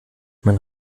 man